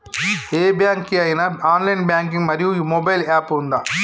ఏ bank కి ఐనా online banking మరియు మొబైల్ యాప్ ఉందా?